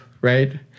right